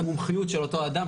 את המומחיות של אותו אדם,